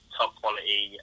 top-quality